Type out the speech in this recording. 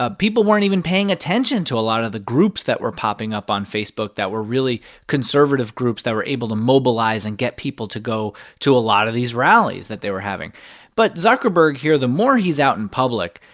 ah people weren't even paying attention to a lot of the groups that were popping up on facebook that were really conservative groups that were able to mobilize and get people to go to a lot of these rallies that they were having but zuckerberg here, the more he's out in public,